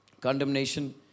condemnation